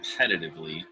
competitively